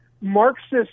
Marxist